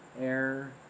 air